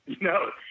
No